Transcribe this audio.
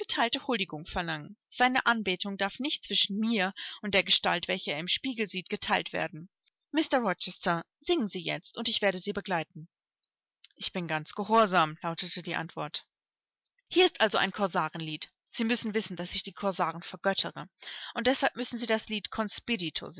huldigung verlangen seine anbetung darf nicht zwischen mir und der gestalt welche er im spiegel sieht geteilt werden mr rochester singen sie jetzt und ich werde sie begleiten ich bin ganz gehorsam lautete die antwort hier ist also ein korsarenlied sie müssen wissen daß ich die korsaren vergöttere und deshalb müssen sie das lied